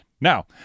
Now